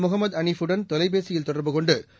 முகமத் அளீஃபுடன் தொலைபேசியில் தொடர்பு கொள்டு